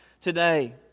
today